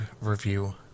review